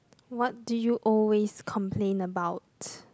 what do you always complain about